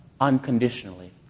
unconditionally